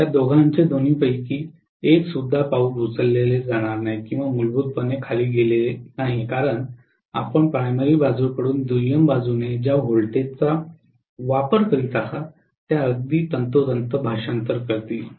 या दोघांचे दोन्हीपैकी एकसुद्धा पाऊल उचलले जाणार नाही किंवा मूलभूतपणे खाली गेले नाही कारण आपण प्राथमिक बाजूकडून दुय्यम बाजूने ज्या व्होल्टेजचा वापर करीत आहात त्या अगदी तंतोतंत भाषांतर करतील